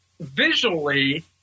visually